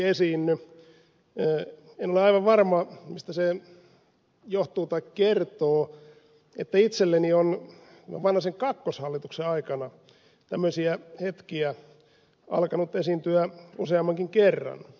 en ole aivan varma mistä se johtuu tai kertoo että itselleni on vanhasen kakkoshallituksen aikana tämmöisiä hetkiä alkanut esiintyä useammankin kerran